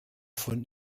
von